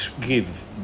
give